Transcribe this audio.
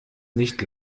nicht